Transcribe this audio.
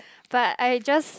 but I just